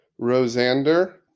Rosander